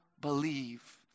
believe